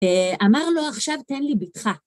אמר לו עכשיו תן לי בתך.